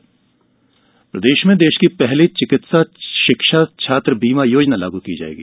छात्र बीमा योजना प्रदेश में देश की पहली चिकित्सा शिक्षा छात्र बीमा योजना लागू की जाएगी